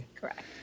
Correct